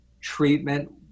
treatment